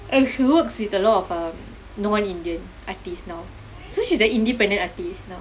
and she works with a lot of err non indian artist now so she's the independent artist now